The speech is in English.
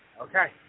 Okay